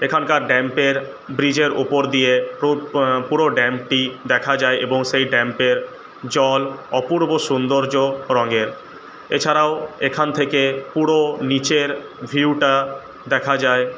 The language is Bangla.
এখানকার ড্যামের ব্রিজের উপর দিয়ে পুরো ড্যামটি দেখা যায় এবং সেই ড্যামের জল অপূর্ব সৌন্দর্য রঙের এছাড়াও এখান থেকে পুরো নিচের ভিউটা দেখা যায়